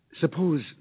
suppose